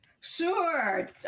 Sure